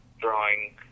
drawing